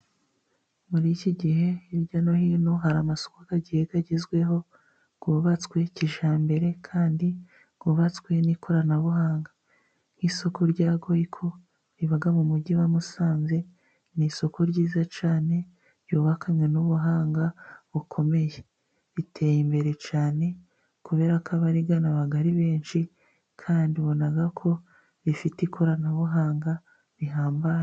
Muri iki gihe hirya no hino hari amasoko, agiye agezweho yubatswe kijyambere kandi yubatswe n'ikoranabuhanga, nk'isoko rya goyiko riba mu mugi wa Musanze, ni isoko ryiza cyane ryubakanye ubuhanga bukomeye. Riteye imbere cyane kubera ko abarigana baba ari benshi, kandi ubona ko rifite ikoranabuhanga rihambaye.